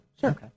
Sure